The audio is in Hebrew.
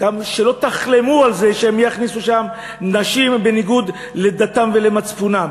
שלא תחלמו על זה שהם יכניסו שם נשים בניגוד לדתם ולמצפונם.